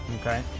Okay